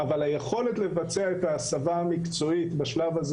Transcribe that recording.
אבל היכולת לבצע את ההסבה המקצועית בשלב הזה